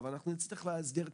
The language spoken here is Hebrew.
אנחנו מעריכים את